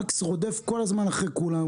מקס רודף כל הזמן אחרי כולם,